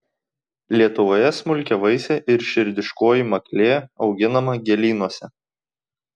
lietuvoje smulkiavaisė ir širdiškoji maklėja auginama gėlynuose